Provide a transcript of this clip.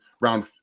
round